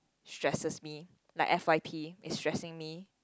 stresses me like F_Y_P it's stressing me